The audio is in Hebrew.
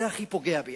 זה הכי פוגע בהם.